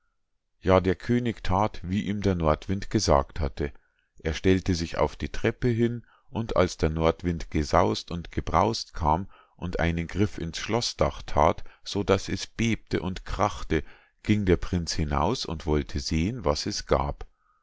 ja der könig that wie ihm der nordwind gesagt hatte er stellte sich auf die treppe hin und als der nordwind gesaus't und gebraus't kam und einen griff ins schloßdach that so daß es bebte und krachte ging der prinz hinaus und wollte sehen was es gab